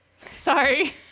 Sorry